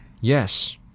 Yes